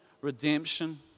redemption